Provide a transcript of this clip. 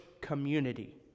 community